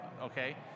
okay